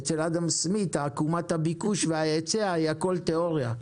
אצל אדם סמית עקומת הביקוש וההיצע היה הכול תאוריה,